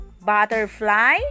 butterfly